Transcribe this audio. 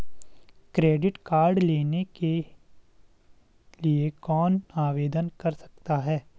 Credit card लेने के लिए कौन आवेदन कर सकता है?